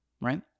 right